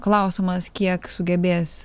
klausimas kiek sugebės